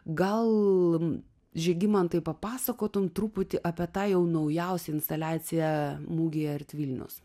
gal žygimantai papasakotumei truputį apie tą jau naujausią instaliaciją mugėje art vilnius